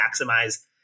maximize